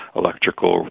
electrical